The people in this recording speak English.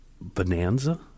Bonanza